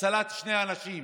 הצלת שני אנשים,